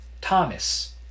Thomas